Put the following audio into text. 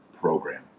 program